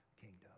kingdom